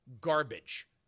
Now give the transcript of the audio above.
garbage